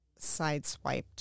sideswiped